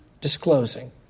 disclosing